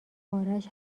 آرش